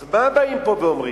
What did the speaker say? אז מה באים פה ואומרים?